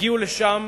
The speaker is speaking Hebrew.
הגיעו לשם,